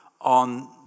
on